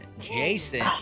Jason